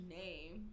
name